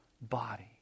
body